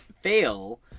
fail